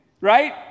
right